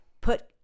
Put